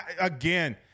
again